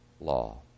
law